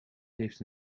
heeft